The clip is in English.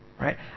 Right